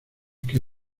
que